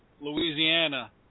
Louisiana